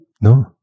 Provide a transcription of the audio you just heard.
No